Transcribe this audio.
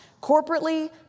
corporately